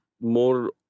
more